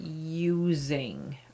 using